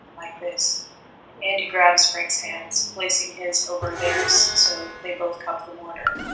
like this andy grabs frank's hands, placing his over theirs so they both cup the mortar.